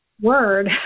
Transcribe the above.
word